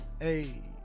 Hey